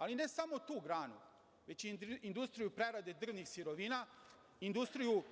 Ali, ne samo tu granu, već i industriju prerade drvnih sirovina, industriju